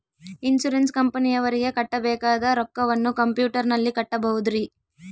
Insurance ಕಂಪನಿಯವರಿಗೆ ಕಟ್ಟಬೇಕಾದ ರೊಕ್ಕವನ್ನು ಕಂಪ್ಯೂಟರನಲ್ಲಿ ಕಟ್ಟಬಹುದ್ರಿ?